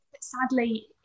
Sadly